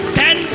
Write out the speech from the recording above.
ten